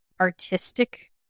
artistic